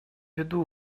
виду